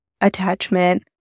attachment